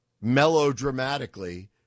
melodramatically